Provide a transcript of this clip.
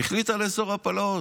החליטה לאסור הפלות,